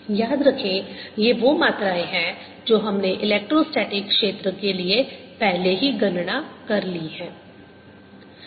याद रखें ये वो मात्राएँ हैं जो हमने इलेक्ट्रो स्टैटिक क्षेत्र के लिए पहले ही गणना कर ली हैं